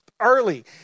early